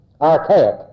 archaic